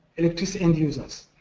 electricity end users.